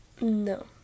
No